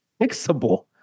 fixable